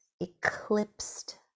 eclipsed